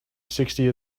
sixty